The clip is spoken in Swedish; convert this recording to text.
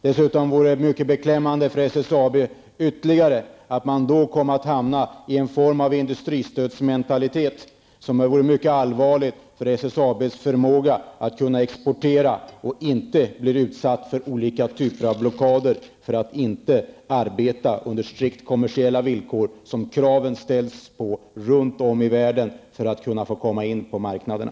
Dessutom var det mycket beklämmande för SSAB att man kom att hamna i en form av industristödsmentalitet som var mycket allvarlig för SSABs förmåga att kunna exportera och inte bli utsatt för olika typer av blockad för att inte arbeta under strikt kommersiella villkor, ett krav som ställs runt om i världen för att man skall få komma in på marknaderna.